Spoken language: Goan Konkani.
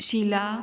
शिला